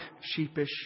sheepish